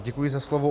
Děkuji za slovo.